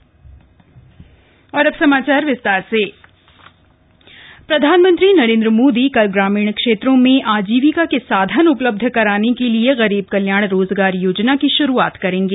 गरीब कल्याण रोजगार योजना प्रधानमंत्री नरेन्द्र मोदी कल ग्रामीण क्षेत्रों में आजीविका के साधन उपलब्ध कराने के लिए गरीब कल्याण रोजगार योजना की श्रूआत करेंगे